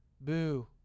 Boo